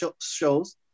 shows